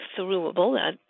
throughable